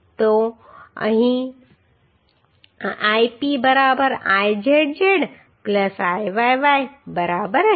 તો અહીં Ip બરાબર Izz Iyy બરાબર હશે